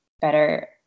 better